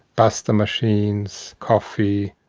pasta machines, coffee,